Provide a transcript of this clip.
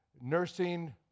nursing